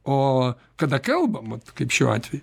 o kada kalbam vat kaip šiuo atveju